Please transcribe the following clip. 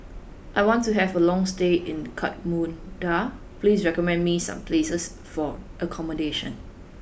I want to have a long stay in Kathmandu please recommend me some places for accommodation